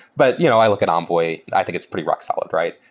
but you know i look at envoy. i think it's pretty rock solid, right?